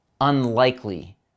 unlikely